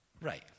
Right